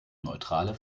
neutrale